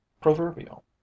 proverbial